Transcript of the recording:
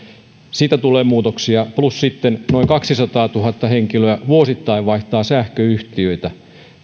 siitä tulee muutoksia plus sitten noin kaksisataatuhatta henkilöä vuosittain vaihtaa sähköyhtiötä